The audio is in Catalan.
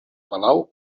palau